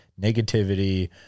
negativity